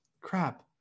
Crap